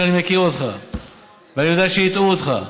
שאני מכיר אותך ואני יודע שהטעו אותך.